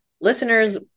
listeners